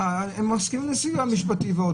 הם מסכימים לסיוע משפטי.